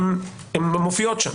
הן מופיעות שם,